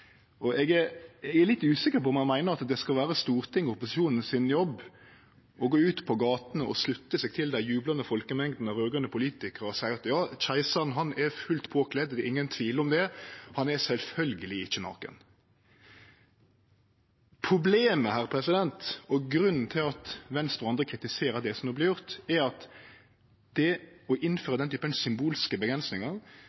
Eg er litt usikker på om han meiner det skal vere Stortinget og opposisjonen sin jobb å gå ut på gatene og slutte seg til dei jublande folkemengdene av raud-grøne politikarar og seie at ja, keisaren er fullt påkledd, det er ingen tvil om det, han er sjølvsagt ikkje naken. Problemet her, og grunnen til at Venstre og andre kritiserer det som no vert gjort, er at det å